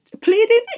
pleading